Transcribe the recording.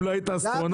אם לא היית אסטרונאוט,